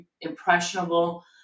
impressionable